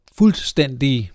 fuldstændig